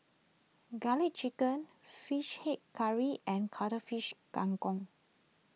Garlic Chicken Fish Head Curry and Cuttlefish Kang Kong